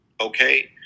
okay